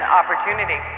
opportunity